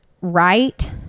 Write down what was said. right